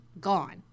gone